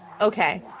okay